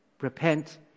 repent